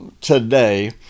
today